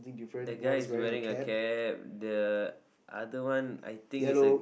that guy is wearing a cap the other one I think is a